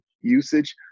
usage